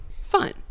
fun